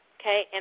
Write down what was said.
Okay